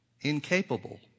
incapable